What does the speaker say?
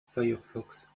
firefox